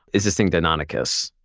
is this thing deinonychus,